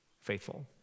faithful